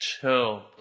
Chill